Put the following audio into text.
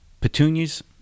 petunias